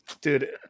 dude